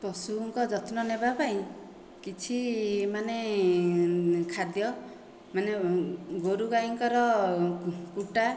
ପଶୁଙ୍କ ଯତ୍ନ ନେବା ପାଇଁ କିଛି ମାନେ ଖାଦ୍ୟମାନେ ଗୋରୁ ଗାଈଙ୍କର କୁଟା